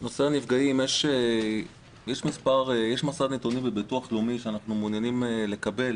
בנושא הנפגעים יש מסד נתונים בביטוח הלאומי שאנחנו מעוניינים לקבל